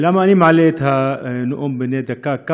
למה אני מעלה את זה כאן, בנאומים בני דקה?